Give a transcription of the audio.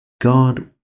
God